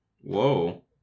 Whoa